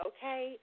Okay